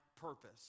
purpose